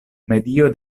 medio